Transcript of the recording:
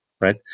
right